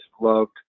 loved